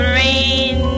rain